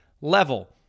level